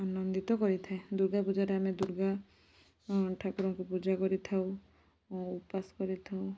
ଆନନ୍ଦିତ କରିଥାଏ ଦୁର୍ଗା ପୂଜା ଟାଇମରେ ଦୁର୍ଗା ଠାକୁରଙ୍କୁ ପୂଜା କରିଥାଉ ଆଉ ଉପାସ କରିଥାଉ